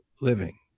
living